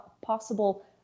possible